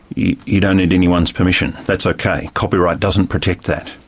you you don't need anyone's permission. that's ok, copyright doesn't protect that.